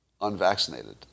unvaccinated